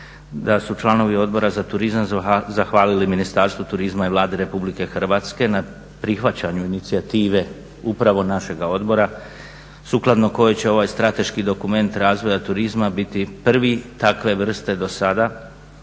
da su članovi Odbora za turizam zahvalili Ministarstvu turizma i Vladi Republike Hrvatske na prihvaćanju inicijative upravo našega odbora sukladno kojoj će ovaj strateški dokument razvoja turizma biti prvi takve vrste do sada